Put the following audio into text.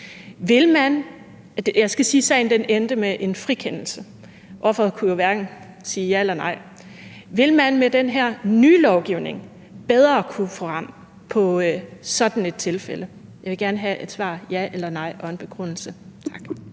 Vil man med den her nye lovgivning bedre kunne få ram på sådan et tilfælde?